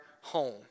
home